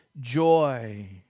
joy